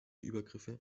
übergriffe